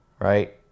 right